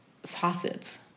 Faucets